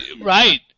Right